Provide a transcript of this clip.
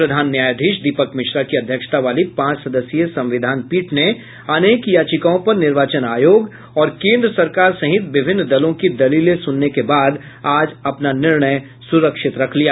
प्रधान न्यायाधीश दीपक मिश्रा की अध्यक्षता वाली पांच सदस्यीय संविधान पीठ ने अनेक याचिकाओं पर निर्वाचन आयोग और केंद्र सरकार सहित विभिन्न दलों की दलीलें सुनने के बाद आज अपना निर्णय सुरक्षित रख लिया